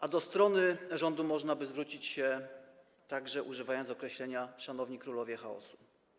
A do rządu można by zwrócić się także, używając określenia: Szanowni Królowie Chaosu!